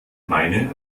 meine